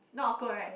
not awkward right